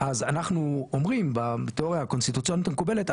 אז אנחנו אומרים בתיאוריה הקונסטיטוציוני מקובלת,